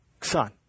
son